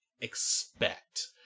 expect